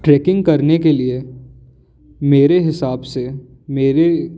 trekking करने के लिए मेरे हिसाब से मेरे